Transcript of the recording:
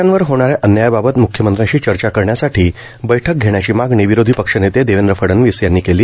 शेतकऱ्यांवर होणाऱ्या अन्यायाबाबत म्ख्यमंत्र्यांशी चर्चा करण्यासाठी बैठक घेण्याची मागणी विरोधी पक्षनेते देवेन्द्र फडनवीस यांनी केली